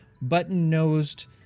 button-nosed